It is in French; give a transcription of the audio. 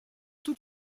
tout